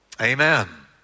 Amen